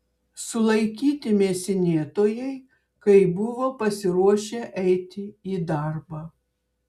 sulaikyti mėsinėtojai kai buvo pasiruošę eiti į darbą